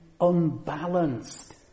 unbalanced